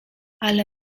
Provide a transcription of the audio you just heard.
ale